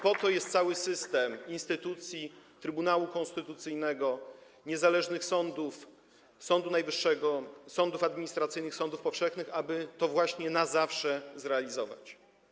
Po to jest cały system instytucji - Trybunału Konstytucyjnego, niezależnych sądów, Sądu Najwyższego, sądów administracyjnych, sądów powszechnych, aby właśnie to „na zawsze” zrealizować.